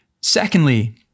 Secondly